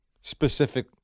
specific